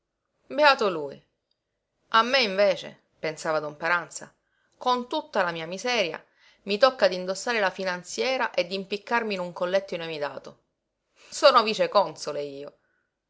beato lui a me invece pensava don paranza con tutta la mia miseria mi tocca d'indossare la finanziera e d'impiccarmi in un colletto inamidato sono viceconsole io